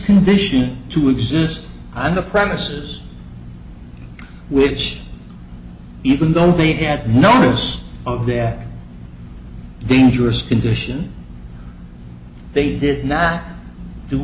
condition to exist on the premises which even though he had no use of their dangerous condition they did not do